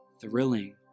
thrilling